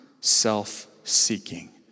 self-seeking